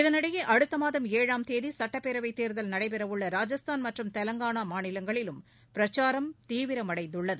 இதனிடையே அடுத்த மாதம் ஏழாம் தேதி சுட்டப்பேரவைத் தேர்தல் நடைபெறவுள்ள ராஜஸ்தான் மற்றும் தெலங்கானா மாநிலங்களிலும் பிரச்சாரம் தீவிரமடைந்துள்ளது